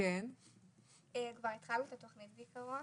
אנחנו כבר התחלנו את התוכנית בעיקרון,